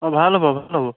অঁ ভাল হ'ব ভাল হ'ব